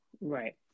Right